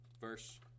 verse